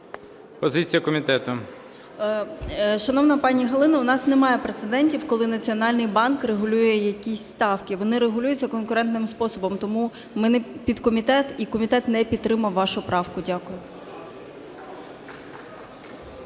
О.М. Шановна пані Галино, у нас немає прецедентів, коли Національний банк регулює якісь ставки, вони регулюються конкурентним способом. Тому підкомітет і комітет не підтримав вашу правку. Дякую.